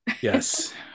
yes